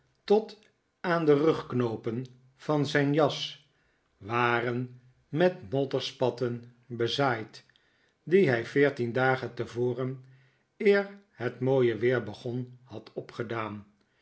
tot aan de rugknoopen van zijn jas waren met modderspatten bezaaid die hij veertien dagen tevoren eer het mooie weer begon had opgedaan